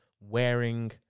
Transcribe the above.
wearing